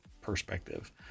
perspective